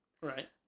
Right